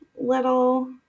little